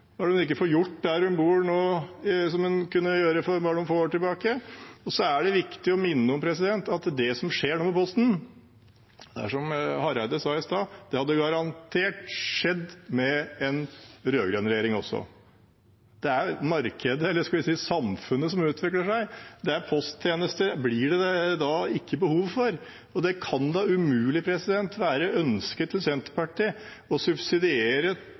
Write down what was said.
hun ikke får gjort der hun bor nå, som hun kunne gjøre for bare noen få år siden? Det er viktig å minne om at det som skjer med Posten nå, garantert hadde skjedd med en rød-grønn regjering også, som Hareide sa i stad. Det er markedet – eller skal vi si samfunnet – som utvikler seg. Posttjenester blir det da ikke behov for. Det kan umulig være ønsket til Senterpartiet å subsidiere